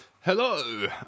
Hello